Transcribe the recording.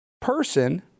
person